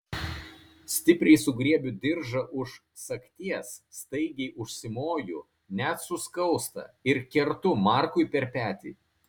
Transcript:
stipriai sugriebiu diržą už sagties staigiai užsimoju net suskausta ir kertu markui per petį